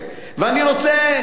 ואני רוצה גם,